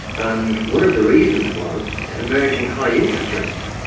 and one of the reasons was emerging high interest rates,